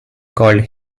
called